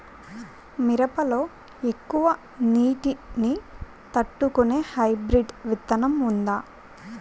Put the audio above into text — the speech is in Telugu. మిరప లో ఎక్కువ నీటి ని తట్టుకునే హైబ్రిడ్ విత్తనం వుందా?